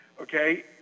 okay